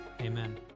amen